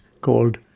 called